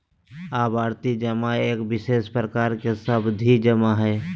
आवर्ती जमा एक विशेष प्रकार के सावधि जमा हइ